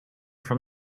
from